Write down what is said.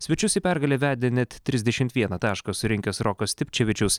svečius į pergalę vedė net trisdešimt vieną tašką surinkęs rokas stipčevičius